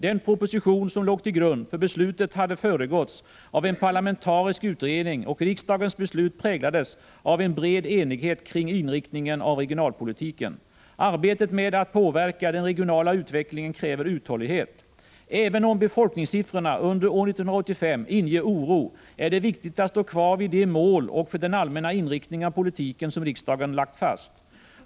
Den proposition som låg till grund för beslutet hade föregåtts av en parlamentarisk utredning, och riksdagens beslut präglades av en bred enighet kring inriktningen av regionalpolitiken. Arbetet med att påverka den regionala utvecklingen kräver uthållighet. Även om befolkningssiffrorna under år 1985 inger oro är det viktigt att stå kvar vid de mål för och den allmänna inriktningen av politiken som riksdagen lagt fast.